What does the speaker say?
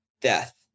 death